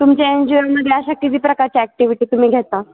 तुमचे N G ओमध्ये अशा किती प्रकारची ॲक्टिव्हिटी तुम्ही घेता